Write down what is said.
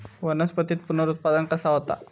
वनस्पतीत पुनरुत्पादन कसा होता?